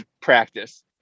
practice